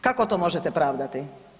Kako to možete pravdati?